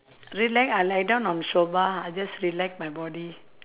relax I lie down on sofa I just relax my body